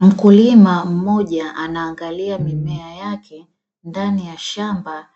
Mkulima mmoja anaangalia mimea yake ndani ya shamba